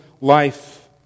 life